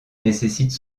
nécessite